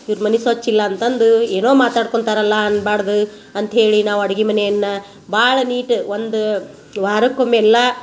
ಇವ್ರ ಮನೆ ಸ್ವಚ್ಛ ಇಲ್ಲಾಂತಂದು ಏನೋ ಮಾತಾಡ್ಕೊಳ್ತಾರಲ್ಲ ಅನ್ಬಾರ್ದು ಅಂತ್ಹೇಳಿ ನಾವು ಅಡ್ಗಿ ಮನೆಯನ್ನ ಭಾಳ ನೀಟ್ ಒಂದು ವಾರಕ್ಕೊಮ್ಮೆ ಎಲ್ಲ